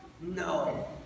No